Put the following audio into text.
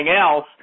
else